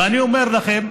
ואני אומר לכם,